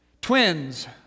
Twins